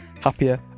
happier